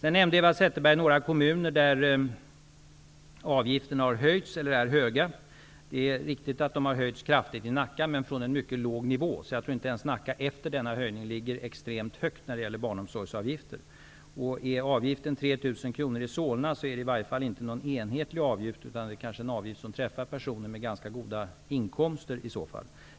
Eva Zetterberg nämnde några kommuner, där avgifterna har höjts eller är mycket höga. Det är riktigt att avgifterna har höjts kraftigt i Nacka, men det var från en mycket låg nivå. Jag tror inte att Nacka ens efter denna höjning ligger extremt högt när det gäller barnomsorgsavgifter. Om avgiften är 3 000 kronor i Solna, är det i varje fall inte någon enhetlig avgift, utan det kan i så fall vara en avgift som drabbar personer med goda inkomster.